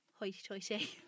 hoity-toity